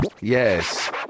yes